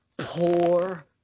Poor